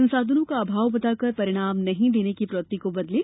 संसाधनों का अभाव बताकर परिणाम नहीं देने की प्रवृत्ति को बदलें